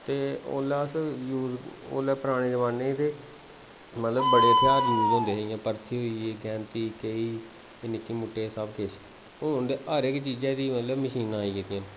ते ओल्लै अस यूज़ ओल्लै पराने जमाने हे ते मतलब बड़े हथ्यार यूज़ होंदे हे इ'यां जि'यां परथी होई ऐ गैंती केही एह् निक्के मुट्टे सब किश हून ते हर इक चीजा दी मतलब मशीनां आई गेदियां न